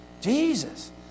Jesus